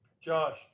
Josh